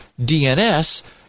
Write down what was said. DNS